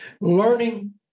learning